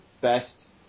best